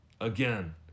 Again